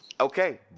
Okay